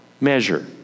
measure